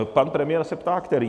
Pan premiér se ptá kterých.